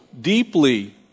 deeply